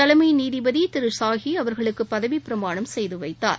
தலைமை நீதிபதி திரு சாஹி அவர்களுக்கு பதவி பிரமாணம் செய்து வைத்தார்